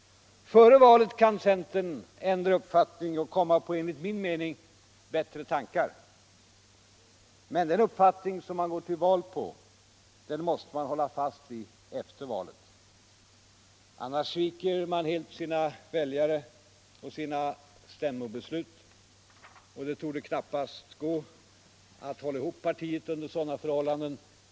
Före valet kan centern ändra uppfattning och komma på, enligt min mening, bättre tankar. Men den uppfattning som man går till val på, den måste man hålla fast vid efter valet. Annars sviker man helt sina väljare och sina stämmobeslut. Det torde knappast gå att hålla ihop partiet under sådana förhållanden.